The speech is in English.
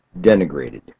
denigrated